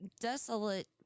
desolate